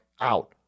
out